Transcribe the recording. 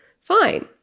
fine